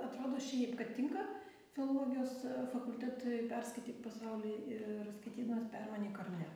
atrodo šiaip kad tinka filologijos fakultetui perskaityk pasaulį ir skaitydamas permanyk ar ne